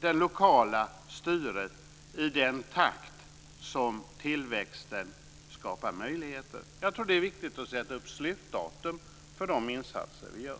det lokala styret i den takt som tillväxten skapar möjligheter. Jag tror att det är viktigt att sätta upp slutdatum för de insatser vi gör.